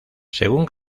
según